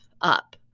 up